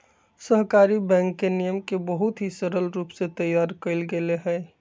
सहकारी बैंक के नियम के बहुत ही सरल रूप से तैयार कइल गैले हई